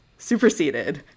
superseded